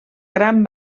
gran